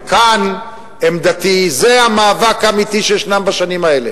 וכאן עמדתי, זה המאבק האמיתי שיש בשנים האלה,